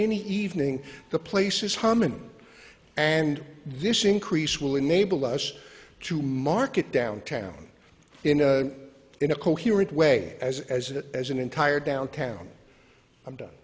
any evening the places hominum and this increase will enable us to market downtown in a in a coherent way as as it as an entire downtown i'm done